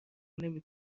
نمی